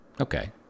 Okay